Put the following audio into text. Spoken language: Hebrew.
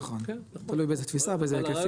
נכון, תלוי באיזה תפיסה, באיזה היקפים.